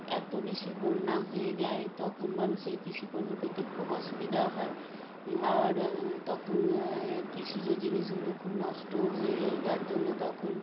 এতো বেশি বন্যা হয়ে যায় তখন মানুষের কৃষি পণ্য পেতে খুব অসুবিধা হয় আর তখন কৃষিজ জিনিসগুলো খুব নষ্টও হয়ে যায় যার জন্য তখন